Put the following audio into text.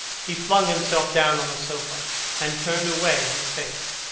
he flung himself down on the sofa and turned away his face.